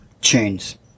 tunes